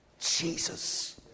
Jesus